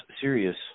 serious